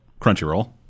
Crunchyroll